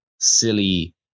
silly